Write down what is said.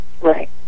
right